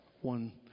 One